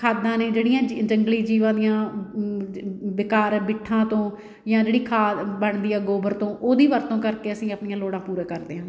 ਖਾਦਾਂ ਨੇ ਜਿਹੜੀਆਂ ਜ ਜੰਗਲੀ ਜੀਵਾਂ ਦੀਆਂ ਬੇਕਾਰ ਬਿੱਠਾਂ ਤੋਂ ਜਾਂ ਜਿਹੜੀ ਖਾਦ ਬਣਦੀ ਆ ਗੋਬਰ ਤੋਂ ਉਹਦੀ ਵਰਤੋਂ ਕਰਕੇ ਅਸੀਂ ਆਪਣੀਆਂ ਲੋੜਾਂ ਪੂਰਾ ਕਰਦੇ ਹਾਂ